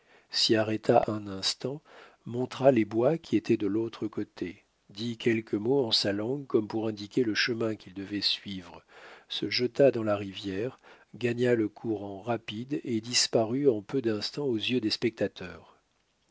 s'y arrêta un instant montra les bois qui étaient de l'autre côté dit quelques mots en sa langue comme pour indiquer le chemin qu'il devait suivre se jeta dans la rivière gagna le courant rapide et disparut en peu d'instants aux yeux des spectateurs